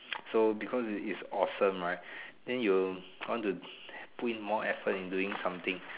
so because its its awesome right then you want to put in more effort in doing something